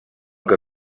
que